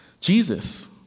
Jesus